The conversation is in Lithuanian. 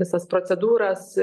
visas procedūras